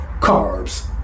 carbs